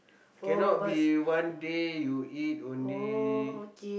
cannot be one day you eat only